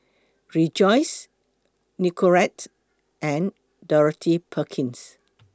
Rejoice Nicorette and Dorothy Perkins